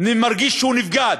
מרגיש שהוא נבגד.